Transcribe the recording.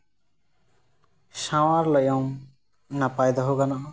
ᱥᱟᱶᱟᱨ ᱞᱟᱭᱚᱢ ᱱᱟᱯᱟᱭ ᱫᱚᱦᱚ ᱜᱟᱱᱚᱜᱼᱟ